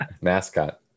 mascot